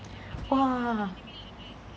!wah!